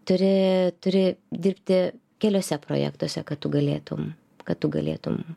turi turi dirbti keliuose projektuose kad tu galėtum kad tu galėtum